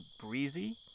breezy